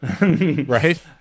Right